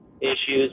issues